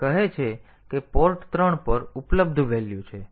તેથી તે કહે છે કે પોર્ટ 3 પર ઉપલબ્ધ વેલ્યુ છે